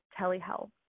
telehealth